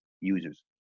users